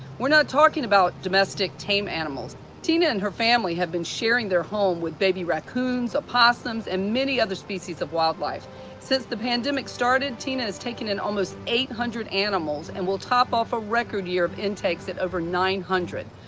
we're not talking about domestic tame animals tina and her family have been sharing their home with baby raccoons, opossums, and many other species of wildlife since the pandemic started tina has taken in almost eight hundred animals and will top off a record year of intakes at over nine hundred.